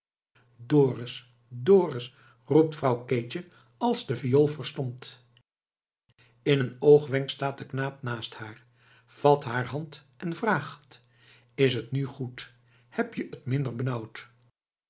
dorus dorus roept vrouw keetje als de viool verstomt in een oogwenk staat de knaap naast haar vat haar hand en vraagt is het nu goed heb je t